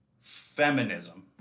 feminism